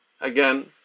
Again